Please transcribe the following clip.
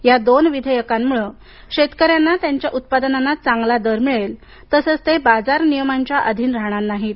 या दोन विधेयकामुळे शेतकऱ्यांना त्यांच्या उत्पादनांना चांगला दर मिळेल तसंच ते बाजार नियमांच्या अधीन राहणार नाहीत